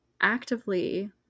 actively